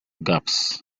gaps